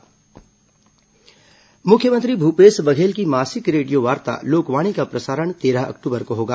लोकवाणी मुख्यमंत्री भूपेश बधेल की मासिक रेडियोवार्ता लोकवाणी का प्रसारण तेरह अक्टूबर को होगा